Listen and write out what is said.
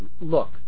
look